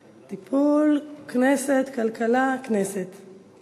(תיקון, איסור התניית עסקה באופן התשלום),